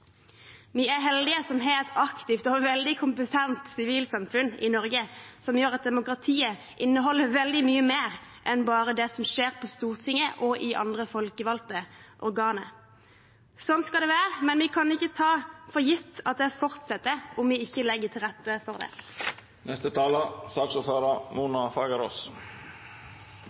Vi er heldige som har et aktivt og veldig kompetent sivilsamfunn i Norge som gjør at demokratiet inneholder veldig mye mer enn bare det som skjer på Stortinget og i andre folkevalgte organ. Sånn skal det være, men vi kan ikke ta for gitt at det fortsetter om vi ikke legger til rette for det.